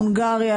הונגריה,